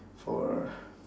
for